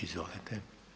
Izvolite.